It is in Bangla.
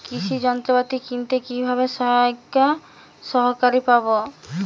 কৃষি যন্ত্রপাতি কিনতে কিভাবে সরকারী সহায়তা পাব?